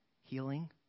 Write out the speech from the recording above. Healing